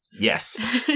Yes